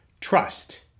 trust